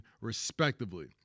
respectively